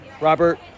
Robert